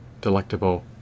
delectable